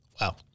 Wow